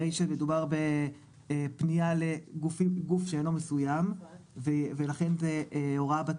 הרי שמדובר בפנייה לגוף שאינו מסויים ולכן זו הוראה בת